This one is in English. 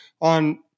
on